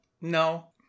No